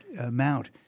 amount